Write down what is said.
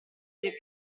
dei